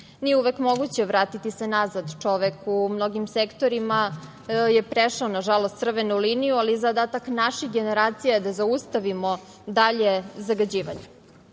Nije uvek moguće vratiti se nazad, čovek je u mnogim sektorima prešao, nažalost, crvenu liniju, ali zadatak naših generacija je da zaustavimo dalje zagađivanje. Priroda